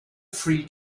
free